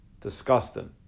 Disgusting